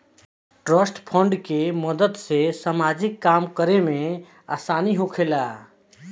trust fund के मदद से सामाजिक काम करे में आसानी होखेला